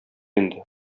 инде